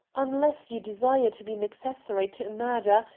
unless you desire to be an accessory to a murder,